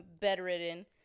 bedridden